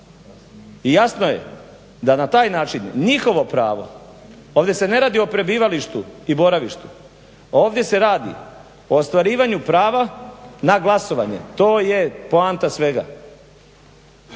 I jasno je da na taj način njihovo pravo, ovdje se ne radi o prebivalištu i boravištu, ovdje se radi o ostvarivanju prava na glasovanje. To je poanta svega.